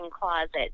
closet